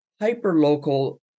hyper-local